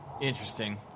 Interesting